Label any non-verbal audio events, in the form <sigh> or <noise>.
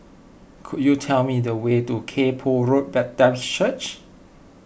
could you tell me the way to Kay Poh Road <unintelligible> Baptist Church